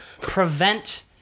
prevent